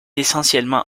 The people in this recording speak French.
essentiellement